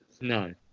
No